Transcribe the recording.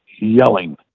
yelling